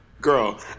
Girl